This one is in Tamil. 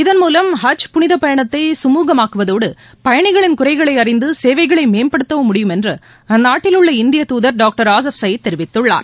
இதன்மூவம் ஹஜ் புனிதப்பயணத்தை கமூகமாக்கவதோடு பயணிகளின் குறைகளை அறிந்து சேவைகளை மேம்படுத்தவும் முடியும் என்று அந்நாட்டிலுள்ள இந்திய தூதர் டாக்டர் ஆசஃப் சயீத் தெரிவித்தார்